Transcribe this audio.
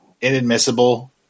Inadmissible